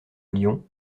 lyon